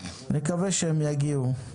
נקווה שהם יגיעו.